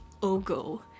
OGO